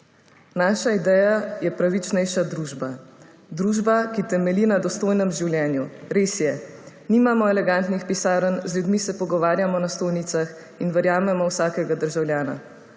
Naša ideja je pravičnejša družba, družba, ki temelji na dostojnem življenju. Res je nimamo elegantnih pisarn, z ljudmi se pogovarjamo na stojnicah in verjamemo v vsakega državljana.